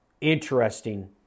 interesting